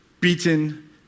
beaten